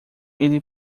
ele